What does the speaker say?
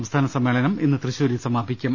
സംസ്ഥാന സമ്മേളനം ഇന്ന് തൃശ്ശൂരിൽ സമാപി ക്കും